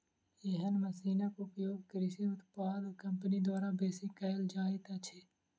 एहन मशीनक उपयोग कृषि उत्पाद कम्पनी द्वारा बेसी कयल जाइत अछि